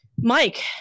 Mike